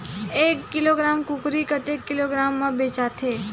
एक किलोग्राम कुकरी ह कतेक किलोग्राम म बेचाथे?